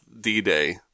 D-Day